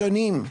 שונים.